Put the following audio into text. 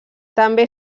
també